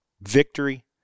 victory